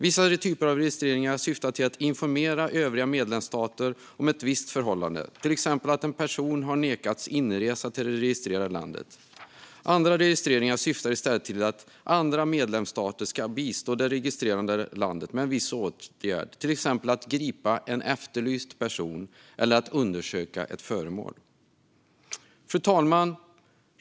Vissa typer av registreringar syftar till att informera övriga medlemsstater om ett visst förhållande, till exempel att en person har nekats inresa till det registrerande landet. Andra registreringar syftar i stället till att andra medlemsstater ska bistå det registrerande landet med en viss åtgärd, till exempel att gripa en efterlyst person eller att undersöka ett föremål. Fru talman!